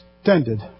extended